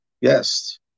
Yes